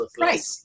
Right